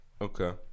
Okay